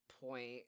point